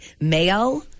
Mayo